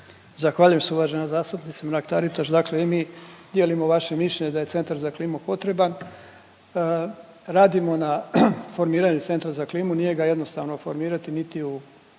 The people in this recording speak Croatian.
Zahvaljujem se uvažena zastupnice Mrak-Taritaš. Dakle i mi dijelimo vaše mišljenje da je centar za klimu potreban. Radimo na formiranju centra za klimu, nije ga jednostavno formirati niti u